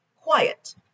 quiet